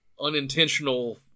unintentional